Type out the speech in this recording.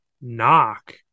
knock